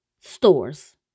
stores